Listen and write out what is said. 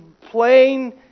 plain